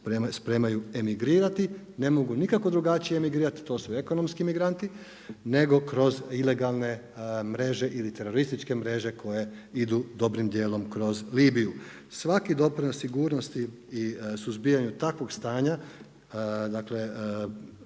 spremaju emigrirati, ne mogu nikako drugačije emigrirati, to su ekonomski emigranti, nego kroz ilegalne mreže ili terorističke mreže koje idu dobrim djelom kroz Libiju. Svaki doprinos sigurnosti i suzbijanju takvog stanja, rada